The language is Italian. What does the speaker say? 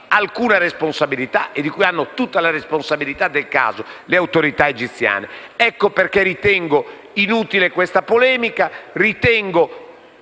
alcuna responsabilità e di cui hanno responsabilità le autorità egiziane. Ecco perché ritengo inutile questa polemica. Ritengo